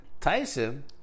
Tyson